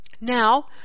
now